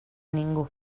ningú